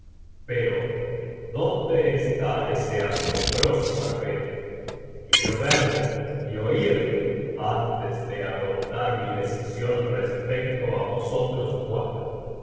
pero dónde está ese asombroso barbero quiero verle y oirle antes de adoptar mi decisión respecto á vosotros cuatro